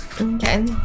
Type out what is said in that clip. Okay